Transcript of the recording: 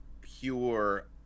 pure